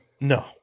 No